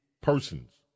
persons